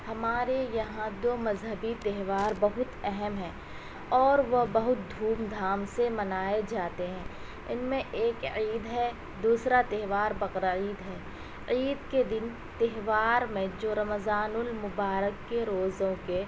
ہمارے یہاں دو مذہبی تہوار بہت اہم ہیں اور وہ بہت دھوم دھام سے منائے جاتے ہیں ان میں ایک عید ہے دوسرا تہوار بقرعید ہے عید کے تہوار میں جو رمضان المبار ک کے روزوں کے